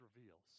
reveals